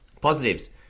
positives